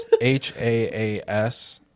H-A-A-S